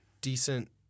decent